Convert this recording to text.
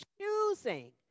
choosing